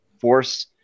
force